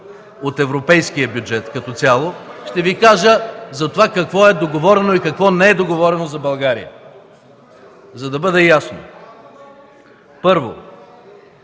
от европейския бюджет като цяло, ще Ви кажа какво е договорено и какво не е договорено за България, за да бъда ясен. Първо,